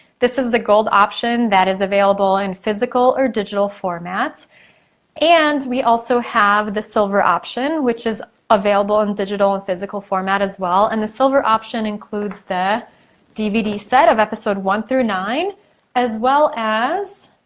this is the gold option that is available in physical or digital format and we also have the silver option which is available in digital and physical format as well and the silver option includes the dvd set of episode one through nine as well as